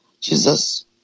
Jesus